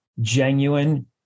genuine